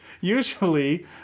Usually